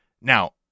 Now